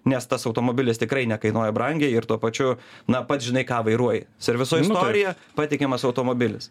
nes tas automobilis tikrai nekainuoja brangiai ir tuo pačiu na pats žinai ką serviso istorija patikimas automobilis